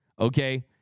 Okay